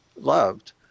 loved